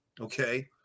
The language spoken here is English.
okay